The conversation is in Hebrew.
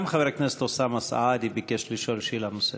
גם חבר הכנסת אוסאמה סעדי ביקש לשאול שאלה נוספת.